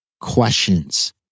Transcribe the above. questions